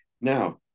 Now